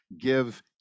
Give